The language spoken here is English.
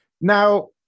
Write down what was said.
Now